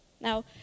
Now